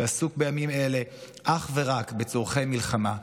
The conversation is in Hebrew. שעסוק בימים אלה אך ורק בצורכי מלחמה,